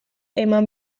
eman